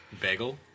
bagel